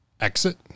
exit